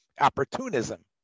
opportunism